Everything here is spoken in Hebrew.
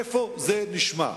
איפה זה נשמע?